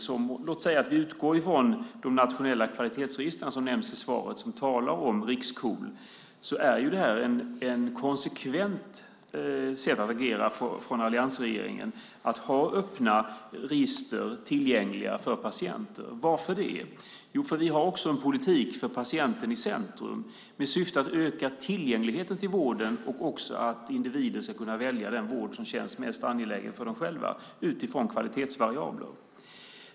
Låt oss säga att vi utgår från det nationella kvalitetsregistret som nämns i svaret, Riks-KOL. Att ha öppna register tillgängliga för patienter är ett konsekvent sätt att agera från alliansregeringen. Varför är det så? Jo, därför att vi också har en politik för patienten i centrum med syfte att öka tillgängligheten till vården och också att individer ska kunna välja den vård som känns mest angelägen för dem själva utifrån kvalitetsvariabler.